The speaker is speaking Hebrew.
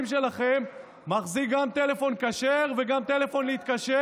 שלכם מחזיק גם טלפון כשר וגם טלפון להתקשר?